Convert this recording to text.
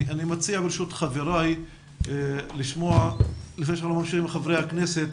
אני מציע ברשות חבריי לשמוע לפני שאנחנו ממשיכים עם חברי הכנסת,